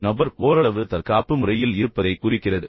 எனவே மற்ற நபர் ஓரளவு தற்காப்பு முறையில் இருப்பதைக் குறிக்கிறது